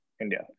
India